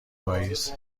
پاییز